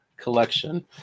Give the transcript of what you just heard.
collection